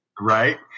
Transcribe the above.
right